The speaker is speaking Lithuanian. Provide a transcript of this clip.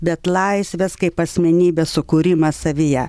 bet laisvės kaip asmenybės sukūrimas savyje